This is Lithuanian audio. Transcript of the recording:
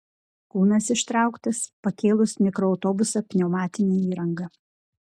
kūnas ištrauktas pakėlus mikroautobusą pneumatine įranga